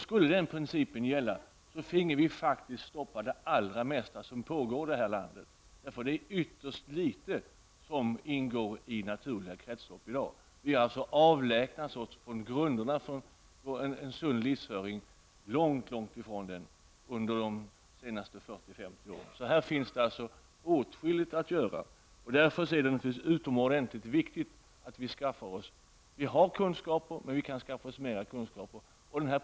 Skulle den principen gälla finge vi faktiskt stoppa det allra mesta som pågår i detta land. Det är faktiskt ytterst litet som ingår i det naturliga kretsloppet. Vi har avlägsnat oss från grunderna för en sund livsföring under de senaste 40--50 åren. Här finns åtskilligt att göra. Vi har redan kunskaper, men det är utomordentligt viktigt att skaffa oss fler.